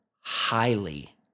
highly